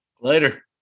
Later